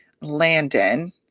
Landon